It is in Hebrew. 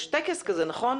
יש טקס כזה, נכון?